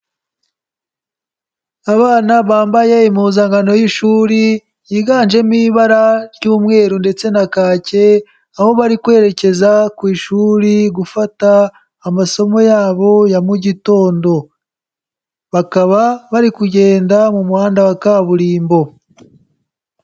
Abana bambaye impuzankano y'ishuri, yiganjemo ibara ry'umweru ndetse na kake, aho bari kwerekeza ku ishuri, gufata amasomo yabo ya mu gitondo. Bakaba bari kugenda, mu muhanda wa kaburimbo.